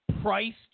priced